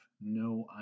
no